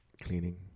Cleaning